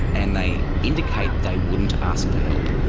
and they indicate they wouldn't ask for help.